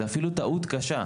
זו אפילו טעות קשה.